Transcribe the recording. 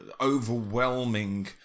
overwhelming